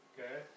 Okay